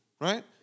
right